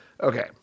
Okay